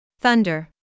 Thunder